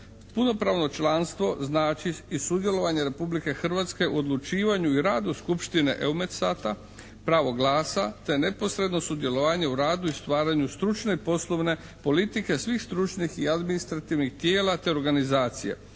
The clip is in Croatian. Punopravno članstvo znači i sudjelovanje Republike Hrvatske u odlučivanju i radu skupštine EUMETSAT-a, pravo glasa te neposredno sudjelovanje u radu i stvaranju stručne i poslovne politike svih stručnih i administrativnih tijela te organizacija